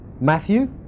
Matthew